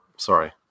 Sorry